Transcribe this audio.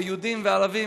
ויהודים וערבים,